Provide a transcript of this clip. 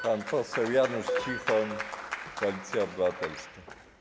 Pan poseł Janusz Cichoń, Koalicja Obywatelska.